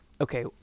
okay